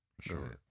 sure